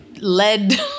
Led